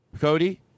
Cody